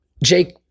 Jake